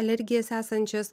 alergijas esančias